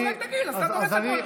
אתה דורס הכול.